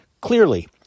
Clearly